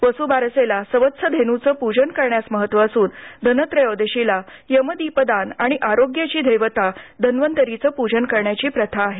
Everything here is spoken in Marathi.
वसुबारसेला सवत्स धेनुचं पूजन करण्यास महत्व असून धनत्रयोदशीला यमदीपदान आणि आरोग्याची देवता धन्वंतरीचं पूजन करण्याची प्रथा आहे